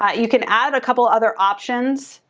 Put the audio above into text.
you can add a couple other options,